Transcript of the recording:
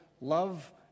love